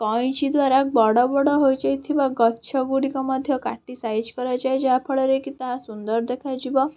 କଇଁଚି ଦ୍ଵାରା ବଡ଼ ବଡ଼ ହୋଇଯାଇଥିବା ଗଛଗୁଡ଼ିକ ମଧ୍ୟ କାଟି ସାଇଜ୍ କରାଯାଏ ଯାହାଫଳରେ କି ତାହା ସୁନ୍ଦର ଦେଖାଯିବ